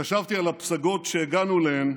חשבתי על הפסגות שהגענו אליהן